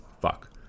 fuck